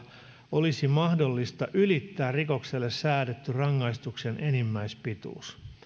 olisi mahdollista ylittää rikokselle säädetty rangaistuksen enimmäispituus